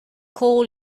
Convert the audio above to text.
call